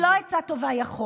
לא, היא לא עצה טובה, היא החוק,